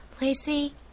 Lacey